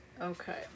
Okay